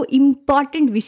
important